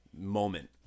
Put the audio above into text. moment